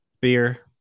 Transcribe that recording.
beer